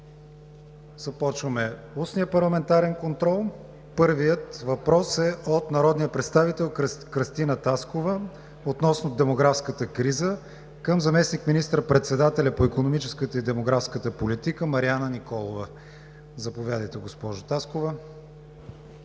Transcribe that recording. Започваме устния парламентарен контрол. Първият въпрос е от народния представител Кръстина Таскова относно демографската криза към заместник министър-председателя по икономическата и демографската политика Марияна Николова. Заповядайте, госпожо Таскова.